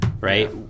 Right